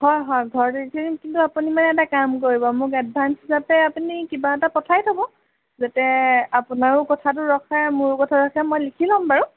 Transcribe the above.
হয় হয় ঘৰতে দি থৈ আহিম কিন্তু আপুনি মানে এটা কাম কৰিব মোক এডভাঞ্চ হিচাপে আপুনি কিবা এটা পঠাই থ'ব যাতে আপোনাৰো কথাটো ৰখে মোৰো কথা ৰখে মই লিখি ল'ম বাৰু